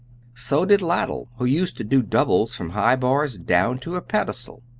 so did ladell, who used to do doubles from high bars down to a pedestal.